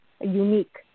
unique